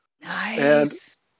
Nice